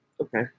Okay